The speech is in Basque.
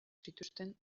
zituzten